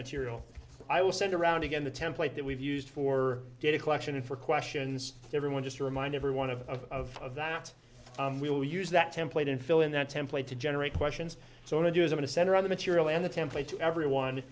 material i will send around again the template that we've used for data collection for questions everyone just to remind everyone of of of that we will use that template and fill in that template to generate questions so what i do is going to center on the material and the template to everyone